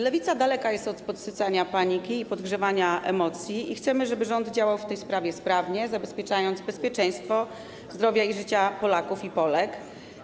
Lewica daleka jest od podsycania paniki i podgrzewania emocji i chcemy, żeby rząd działał w tej sprawie sprawnie, zapewniając bezpieczeństwo zdrowia i życia Polaków i Polek.